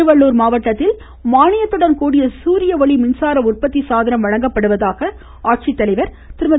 திருவள்ளூர் மாவட்டத்தில் மானியத்துடன் கூடிய சூரிய ஒளி மின்சார உற்பத்தி சாதனம் வழங்கப்படுவதாக ஆட்சித்தலைவர் திருமதி